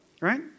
right